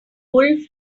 wolf